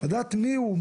לדעת מי הוא,